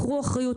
קחו אחריות,